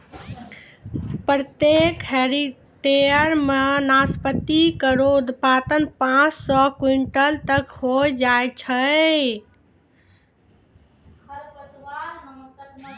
प्रत्येक हेक्टेयर म नाशपाती केरो उत्पादन पांच सौ क्विंटल तक होय जाय छै